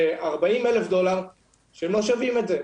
ב-40,000 דולר שהם לא שווים את זה,